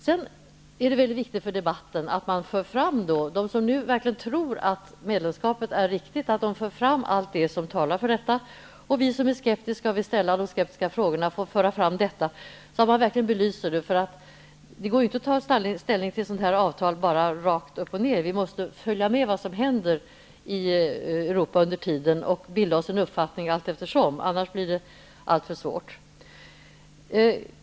Vidare är det väldigt viktigt för debatten att de som verkligen tror att ett medlemskap är det riktiga för fram allt som talar för ett sådant. Vi som är skeptiska och som vill ställa frågor som visar hur skeptiska vi är måste få föra fram våra argument. Det gäller att verkligen belysa förhållandena. Det går ju inte att ta ställning till ett sådant här avtal så att säga rakt upp och ner, utan vi måste följa utvecklingen i Europa under tiden, så att vi allteftersom kan bilda oss en uppfattning. Annars blir det alltför svårt.